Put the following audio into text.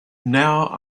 now